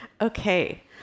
Okay